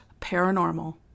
paranormal